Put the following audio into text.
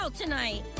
Tonight